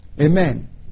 Amen